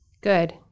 Good